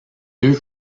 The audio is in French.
deux